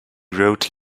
wrote